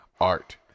art